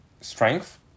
strength